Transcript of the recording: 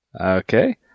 Okay